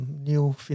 new